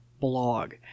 blog